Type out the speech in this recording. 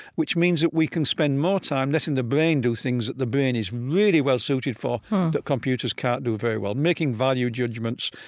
which means that we can spend more time letting the brain do things that the brain is really well suited for that computers can't do very well making value judgments,